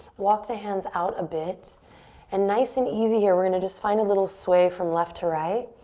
walk the hands out a bit and nice and easy here, we're gonna just find a little sway from left to right.